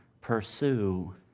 pursue